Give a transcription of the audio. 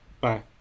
Bye